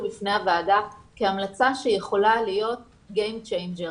בפני הוועדה כהמלצה שיכולה להיות game changer,